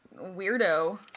weirdo